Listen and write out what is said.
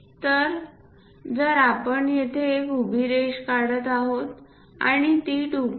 तर जर आपण येथे एक उभी रेष काढत आहोत आणि ती 2